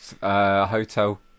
Hotel